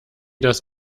das